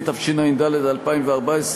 התשע"ד 2014,